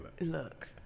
Look